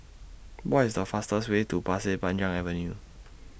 What IS The fastest Way to Pasir Panjang Avenue